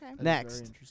Next